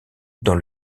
dans